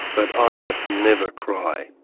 but i must never cry.